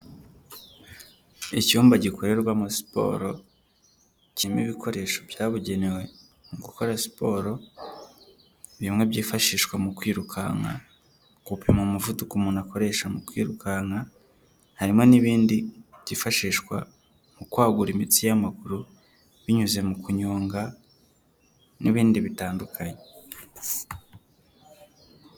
Icyumba gikorerwamo siporo kirimo ibikoresho byabugenewe mu gukora siporo bimwe byifashishwa mu kwirukanka, gupima umuvuduko umuntu akoresha mu kwirukanka, harimo n'ibindi byifashishwa mu kwagura imitsi y'amaguru binyuze mu kunyonga n'ibindi bitandukanye.